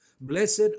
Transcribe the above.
Blessed